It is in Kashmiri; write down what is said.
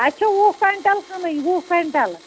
اَسہِ چھِ وُہ کۅیِنٛٹَل کٕنٕنۍ وُہ کۅینٛٹَل